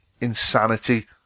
insanity